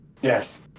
Yes